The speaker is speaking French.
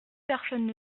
personne